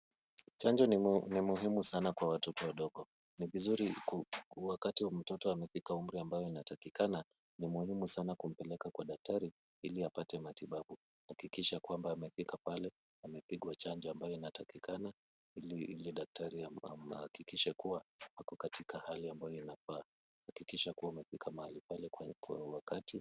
Chanjo ni muhimu sana kwa watoto wadogo. Ni vizuri wakati mtoto amefika umri ambao anatakikana ni muhimu sana kumpeleka kwa daktari ili apate matibabu. Hakikisha kwamba amefika pale, amepigwa chanjo ambayo inatakikana ili daktari amehakikisha kuwa ako katika hali ambayo inafaa. Hakikisha kuwa umefika mahali pale kwa wakati.